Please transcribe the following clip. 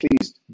please